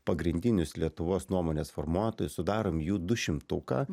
pagrindinius lietuvos nuomonės formuotojus sudarom jų dušimtuką